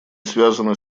связаны